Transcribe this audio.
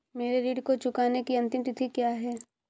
मेरे ऋण को चुकाने की अंतिम तिथि क्या है?